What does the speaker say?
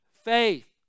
faith